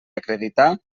acreditar